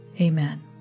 Amen